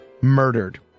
murdered